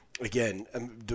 Again